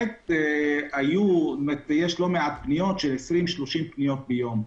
היו כ-20, 30 פניות ביום.